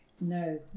No